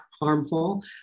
harmful